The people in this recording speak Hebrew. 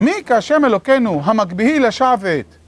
מי כהשם אלוקינו המקביעי לשבת?